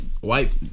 white